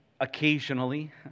occasionally